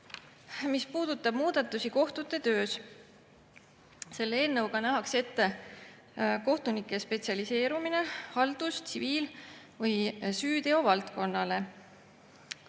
mis puudutab muudatusi kohtute töös. Selle eelnõuga nähakse ette kohtunike spetsialiseerumine haldus‑, tsiviil‑ või süüteovaldkonnale.